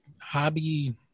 hobby